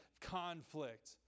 conflict